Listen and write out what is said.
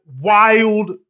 wild